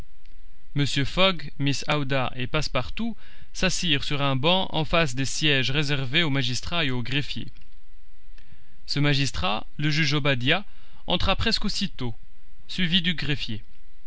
fogg mrs aouda et passepartout s'assirent sur un banc en face des sièges réservés au magistrat et au greffier ce magistrat le juge obadiah entra presque aussitôt suivi du greffier